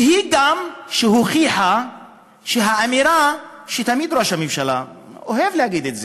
והיא גם שהוכיחה שהאמירה שתמיד ראש הממשלה אוהב להגיד,